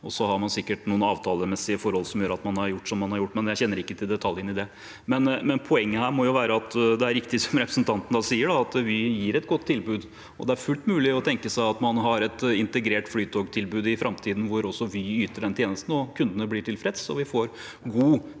Så har man sikkert noen avtalemessige forhold som gjør at man har gjort som man har gjort, men jeg kjenner ikke til detaljene i det. Poenget her må være at det er riktig, som representanten sier, at Vy gir et godt tilbud. Det er fullt mulig å tenke seg at man har et integrert flytogtilbud i framtiden, hvor også Vy yter den tjenesten, kundene blir tilfredse, og vi får god